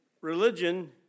religion